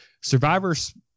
Survivors